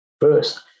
first